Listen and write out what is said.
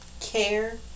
care